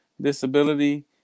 disability